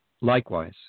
Likewise